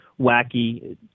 wacky